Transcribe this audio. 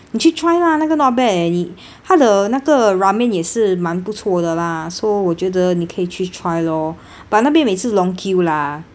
你去 try lah 那个 not bad eh 你它的那个 ramen 也是蛮不错的 lah so 我觉得你可以去 try lor but 那边每次 long queue lah